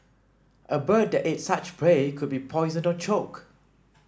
a bird that ate such prey could be poisoned or choke